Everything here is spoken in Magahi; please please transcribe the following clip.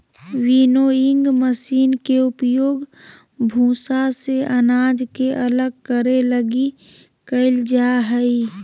विनोइंग मशीन के उपयोग भूसा से अनाज के अलग करे लगी कईल जा हइ